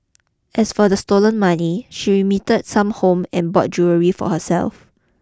as for the stolen money she remitted some home and bought jewellery for herself